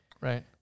Right